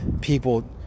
people